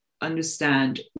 understand